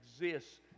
exists